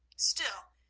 still,